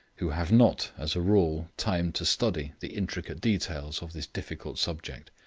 who have not, as a rule time to study the intricate details of this difficult subject.